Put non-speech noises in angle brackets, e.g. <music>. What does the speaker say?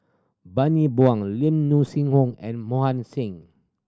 Bani Buang Lim <unintelligible> Sing Home and Mohan Singh